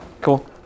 cool